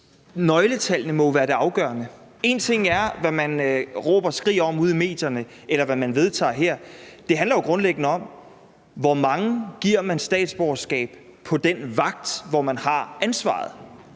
nøgletallene må jo være det afgørende. En ting er, hvad man råber og skriger om ude i medierne, eller hvad man vedtager her. Det handler jo grundlæggende om, hvor mange man giver statsborgerskab til på den vagt, hvor man har ansvaret.